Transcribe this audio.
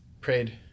prayed